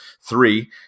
three